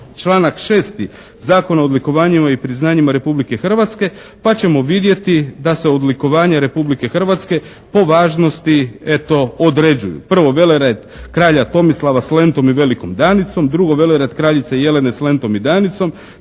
članak 6. Zakona o odlikovanjima i priznanjima Republike Hrvatske pa ćemo vidjeti da se odlikovanja Republike Hrvatske po važnosti eto određuju. Prvo , velered Kralja Tomislava s lentom i velikom Danicom. Drugo, velered Kraljice Jelene s lentom i Danicom.